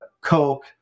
Coke